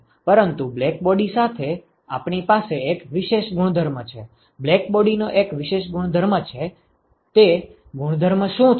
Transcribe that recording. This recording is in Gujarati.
પરંતુ બ્લેકબોડી સાથે આપણી પાસે એક વિશેષ ગુણધર્મ છે બ્લેકબોડીનો એક વિશેષ ગુણધર્મ છે તે ગુણધર્મ શું છે